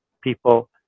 people